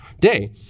day